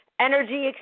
energy